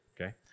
Okay